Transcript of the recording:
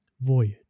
Voyage